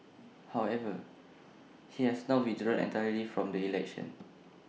however he has now withdrawn entirely from the election